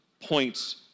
points